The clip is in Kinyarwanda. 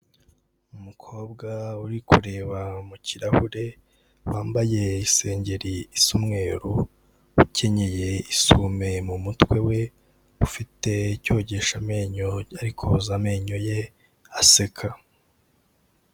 Umukobwa uri kureba mu kirahure wambaye isengeri isa umweru ukenyeye isume mu mutwe we ufite icyogesha amenyo ari koza amenyo ye aseka.